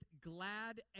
glad